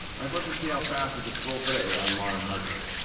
i'd love to see how fast it could scroll today on modern hardware!